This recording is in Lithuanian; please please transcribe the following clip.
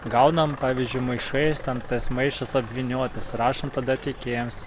gaunam pavyzdžiui maišais ten tas maišas apvyniotas rašom tada tiekėjams